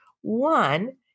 One